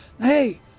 Hey